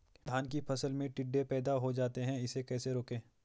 धान की फसल में टिड्डे पैदा हो जाते हैं इसे कैसे रोकें?